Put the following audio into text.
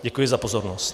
Děkuji za pozornost.